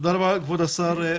תודה רבה כבוד השר.